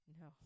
No